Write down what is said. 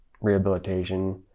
rehabilitation